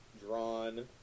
drawn